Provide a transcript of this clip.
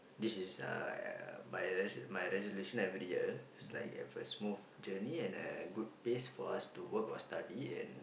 this is uh my res~ my resolution every year like have a smooth journey and a good pace for us to work or study and